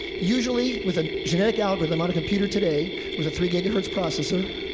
usually, with a genetic algorithm on a computer today, with a three gigahertz processor,